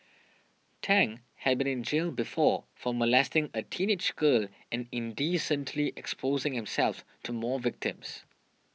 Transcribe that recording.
Tang had been in jail before for molesting a teenage girl and indecently exposing himself to more victims